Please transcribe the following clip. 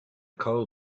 coal